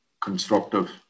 constructive